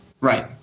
Right